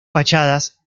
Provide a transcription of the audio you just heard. fachadas